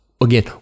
again